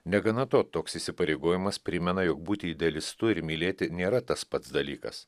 negana to toks įsipareigojimas primena jog būti idealistu ir mylėti nėra tas pats dalykas